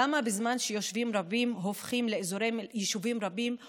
למה בזמן שיישובים רבים הופכים לאזורי מלחמה,